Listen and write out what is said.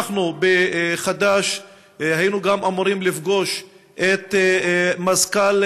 אנחנו בחד"ש היינו אמורים גם לפגוש את מזכ"ל